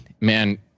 man